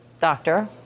doctor